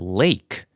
lake，